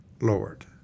Lord